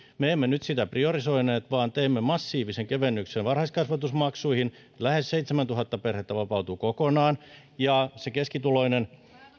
me emme nyt sitä priorisoineet vaan teimme massiivisen kevennyksen varhaiskasvatusmaksuihin lähes seitsemäntuhatta perhettä vapautuu kokonaan ja se keskituloinen